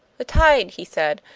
the tide! he said.